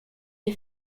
est